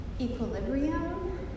equilibrium